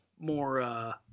More